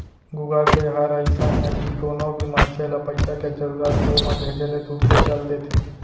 Google pay हर अइसन हे कि कोनो भी मनसे ल पइसा के जरूरत होय म भेजे ले तुरते चल देथे